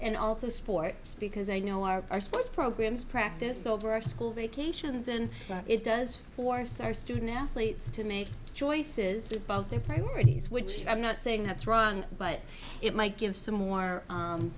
and also sports because i know our sports programs practice over our school vacations and it does force our student athletes to make choices about their priorities which i'm not saying that's wrong but it might give some more